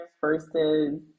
versus